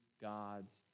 God's